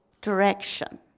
direction